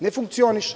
Ne funkcioniše.